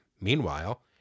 Meanwhile